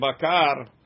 bakar